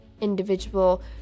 individual